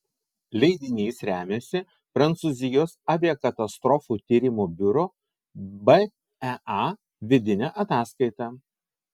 leidinys remiasi prancūzijos aviakatastrofų tyrimų biuro bea vidine ataskaita